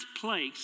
place